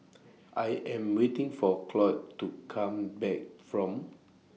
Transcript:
I Am waiting For Claud to Come Back from